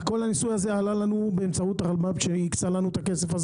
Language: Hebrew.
כל הניסוי עלה לנו באמצעות הרלב"ד שהקצה לנו את הכסף,